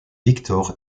victor